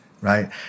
Right